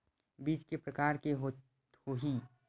बीज के प्रकार के होत होही?